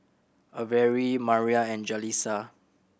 Averie Mariah and Jalissa